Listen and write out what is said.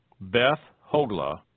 Beth-Hogla